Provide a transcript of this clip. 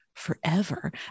forever